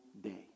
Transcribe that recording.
day